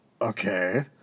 Okay